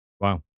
Wow